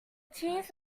cheese